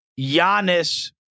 Giannis